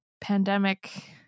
pandemic